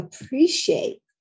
appreciate